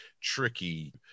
tricky